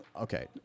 Okay